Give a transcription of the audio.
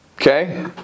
Okay